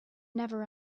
never